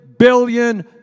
Billion